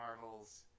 Marvel's